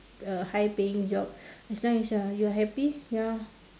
a high paying job as long as you are you are happy ya